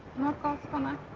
nakatona